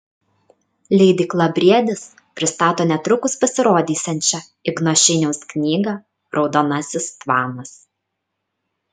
leidykla briedis pristato netrukus pasirodysiančią igno šeiniaus knygą raudonasis tvanas